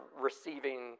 receiving